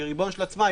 כריבון של עצמה,